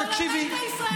תקשיבי,